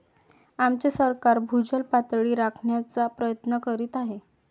आमचे सरकार भूजल पातळी राखण्याचा प्रयत्न करीत आहे